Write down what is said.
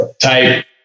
type